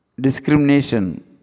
Discrimination